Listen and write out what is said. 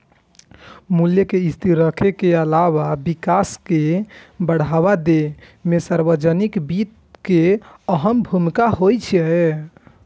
मूल्य कें स्थिर राखै के अलावा विकास कें बढ़ावा दै मे सार्वजनिक वित्त के अहम भूमिका होइ छै